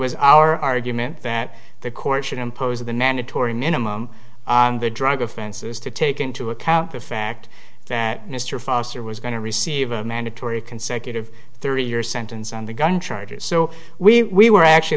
was our argument that the court should impose a banana touring minimum on the drug offenses to take into account the fact that mr foster was going to receive a mandatory consecutive thirty year sentence on the gun charges so we were actually